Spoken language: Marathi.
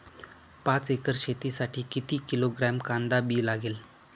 पाच एकर शेतासाठी किती किलोग्रॅम कांदा बी लागेल?